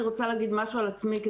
אני רוצה להגיד משהו על עצמי,